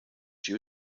she